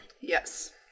Yes